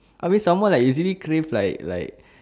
I mean someone like usually crave like like